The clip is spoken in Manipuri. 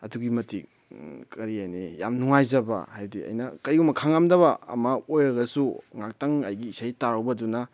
ꯑꯗꯨꯛꯀꯤ ꯃꯇꯤꯛ ꯀꯔꯤ ꯍꯥꯏꯅꯤ ꯌꯥꯝ ꯅꯨꯡꯉꯥꯏꯖꯕ ꯍꯥꯏꯕꯗꯤ ꯑꯩꯅ ꯀꯔꯤꯒꯨꯝꯕ ꯈꯪꯂꯝꯗꯕ ꯑꯃ ꯑꯣꯏꯔꯒꯁꯨ ꯉꯥꯛꯇꯪ ꯑꯩꯒꯤ ꯏꯁꯩ ꯇꯥꯔꯨꯕꯗꯨꯅ